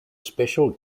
special